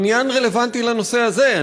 בעניין רלוונטי לנושא הזה,